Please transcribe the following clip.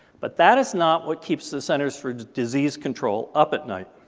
but that is not what keeps the centers for disease control up at night.